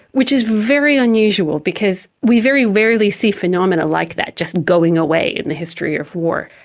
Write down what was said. which is very unusual because we very rarely see phenomena like that just going away in the history of war,